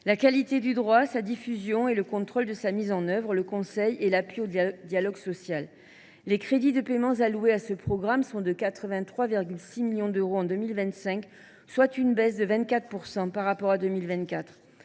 la qualité du droit, sa diffusion et le contrôle de sa mise en œuvre, le conseil et l’appui au dialogue social. Les crédits de paiement alloués à ce programme sont de 83,6 millions d’euros en 2025, soit une baisse de 24 % par rapport à 2024.